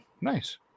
Nice